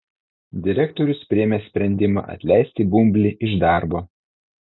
direktorius priėmė sprendimą atleisti bumblį iš darbo